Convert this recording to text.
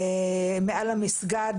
מעל המסגד?